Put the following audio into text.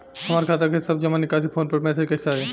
हमार खाता के सब जमा निकासी फोन पर मैसेज कैसे आई?